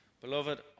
Beloved